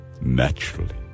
naturally